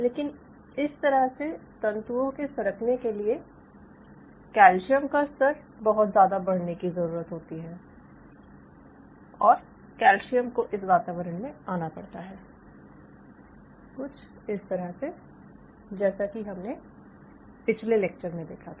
लेकिन इस तरह से तंतुओं के सरकने के लिए कैल्शियम का स्तर बहुत ज़्यादा बढ़ने की ज़रूरत होती है और कैल्शियम को इस वातावरण में आना पड़ता है कुछ इस तरह से जैसा कि हमने पिछले लेक्चर में देखा था